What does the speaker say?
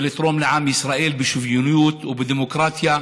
ולתרום לעם ישראל בשוויוניות ובדמוקרטיה,